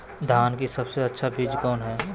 धान की सबसे अच्छा बीज कौन है?